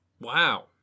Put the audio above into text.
Wow